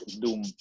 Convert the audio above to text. doom